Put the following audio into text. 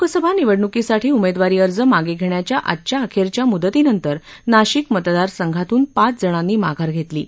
लोकसभा निवडण्कीसाठी उमेदवारी अर्ज मागे घेण्याच्या आजच्या अखेरच्या मुदतीनंतर नाशिक मतदारसंघातून पाच जणांनी माधार घेतली आहे